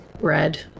red